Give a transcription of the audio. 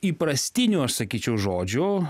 įprastinių aš sakyčiau žodžių